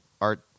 art